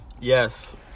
Yes